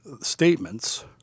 statements